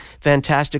fantastic